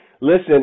listen